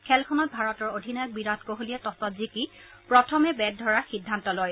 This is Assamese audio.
খেলখনত ভাৰতৰ অধিনায়ক বিৰাট কোহলীয়ে টছত জিকি প্ৰথমে বেট ধৰাৰ সিদ্ধান্ত লয়